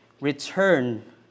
return